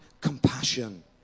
compassion